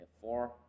four